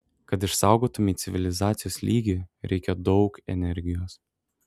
kad išsaugotumei civilizacijos lygį reikia daug energijos